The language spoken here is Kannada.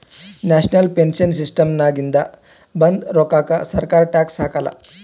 ನ್ಯಾಷನಲ್ ಪೆನ್ಶನ್ ಸಿಸ್ಟಮ್ನಾಗಿಂದ ಬಂದ್ ರೋಕ್ಕಾಕ ಸರ್ಕಾರ ಟ್ಯಾಕ್ಸ್ ಹಾಕಾಲ್